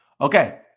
Okay